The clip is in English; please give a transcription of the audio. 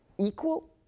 Equal